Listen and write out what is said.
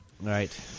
Right